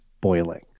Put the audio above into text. boiling